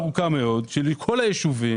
מכל הישובים